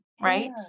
right